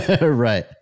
Right